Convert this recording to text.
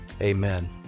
Amen